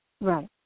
Right